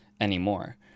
anymore